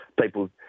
People